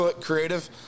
creative